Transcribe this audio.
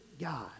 God